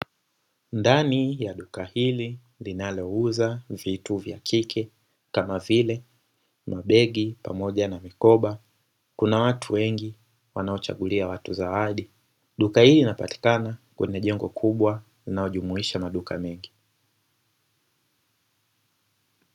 Ndani ya duka hili linalouza vitu vya kike kama vile mabegi pamoja na mikoba kuna watu wengi wanaochagulia watu zawadi. Duka hili linapatikana kwenye jengo kubwa linalojumuisha maduka mengi.